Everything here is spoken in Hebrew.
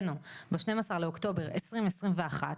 כאן אצלינו ביום ה-12 לאוקטובר 2021,